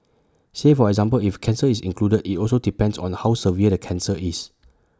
say for example if cancer is included IT also depends on how severe the cancer is